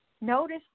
Notice